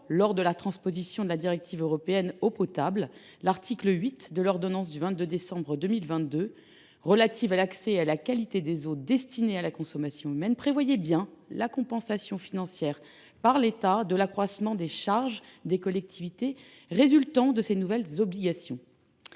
suite de la transposition de la directive européenne sur l’eau potable, l’article 8 de l’ordonnance du 22 décembre 2022 relative à l’accès et à la qualité des eaux destinées à la consommation humaine prévoyait bien la compensation financière par l’État de l’accroissement des charges des collectivités résultant de ces nouvelles obligations.